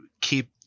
keep